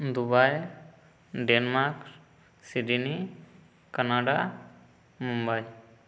Dubai Denmark Sydney Canada Mumbai